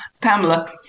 Pamela